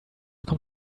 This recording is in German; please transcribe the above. kommt